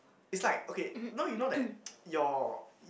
it's like okay you know you know that your y~